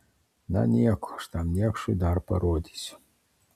na nieko aš tam niekšui dar parodysiu